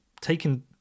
taken